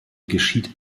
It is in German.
geschieht